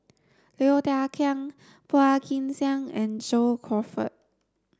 Low Thia Khiang Phua Kin Siang and John Crawfurd